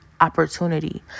opportunity